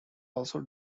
also